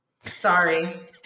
sorry